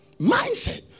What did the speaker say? Mindset